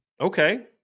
okay